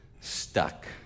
stuck